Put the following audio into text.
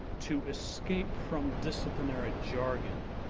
to escape from disciplinary jargon,